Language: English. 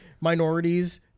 minorities